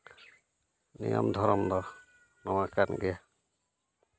ᱱᱤᱭᱚᱢ ᱫᱷᱚᱨᱚᱢ ᱫᱚ ᱱᱚᱣᱟ ᱠᱟᱱ ᱜᱮᱭᱟ